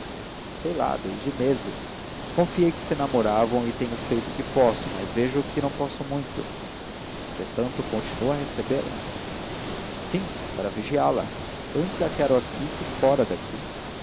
sei lá desde meses desconfiei que se namoravam e tenho feito o que posso mas vejo que não posso muito entretanto continua a recebê-la sim para vigiá la antes a quero aqui que fora daqui